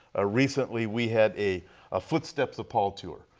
ah recently we had a ah footsteps of paul tour.